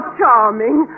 charming